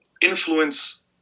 influence